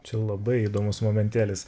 čia labai įdomus momentėlis